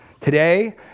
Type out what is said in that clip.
Today